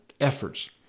efforts